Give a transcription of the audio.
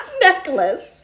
necklace